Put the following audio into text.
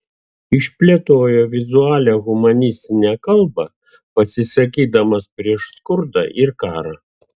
išplėtojo vizualią humanistinę kalbą pasisakydama prieš skurdą ir karą